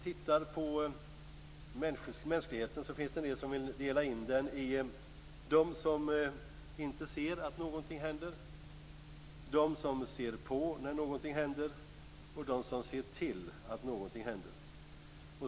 Fru talman! Det finns en del som vill dela in mänskligheten i dem som inte ser att någonting händer, dem som ser på när någonting händer och dem som ser till att någonting händer.